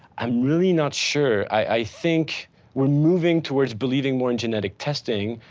i'm really not sure, i think we're moving towards believing more in genetic testing,